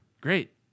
great